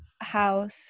house